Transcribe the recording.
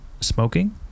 smoking